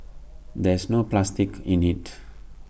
there's no plastic in IT